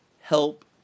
Help